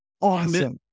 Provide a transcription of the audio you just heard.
awesome